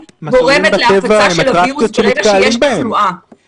אני מניחה שעל פי התשובה שלך לא ביקרת שם בזמן האחרון כי אני כן ביקרתי